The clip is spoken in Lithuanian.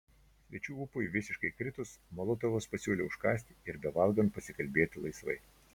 svečių ūpui visiškai kritus molotovas pasiūlė užkąsti ir bevalgant pasikalbėti laisvai